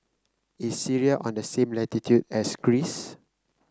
is Syria on the same latitude as Greece